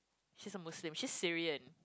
she's a Muslim she's Syrian